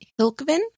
Hilkevin